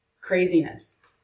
craziness